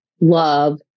love